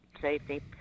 safety